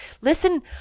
Listen